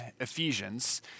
Ephesians